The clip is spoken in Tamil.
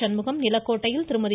சண்முகம் நிலக்கோட்டையில் திருமதி